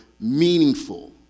meaningful